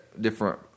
different